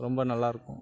ரொம்ப நல்லாயிருக்கும்